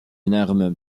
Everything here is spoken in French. énorme